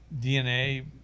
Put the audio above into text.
DNA